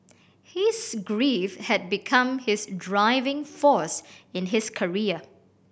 his grief had become his driving force in his career